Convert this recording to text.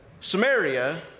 Samaria